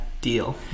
deal